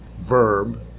verb